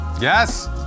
Yes